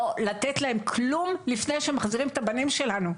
לא לתת להם כלום לפני שהם מחזירים את הבנים שלנו.